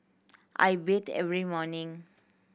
I bathe every morning